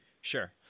Sure